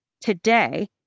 today